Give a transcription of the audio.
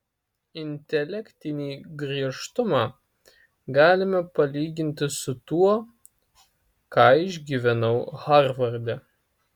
intelektinį griežtumą galime palyginti su tuo ką išgyvenau harvarde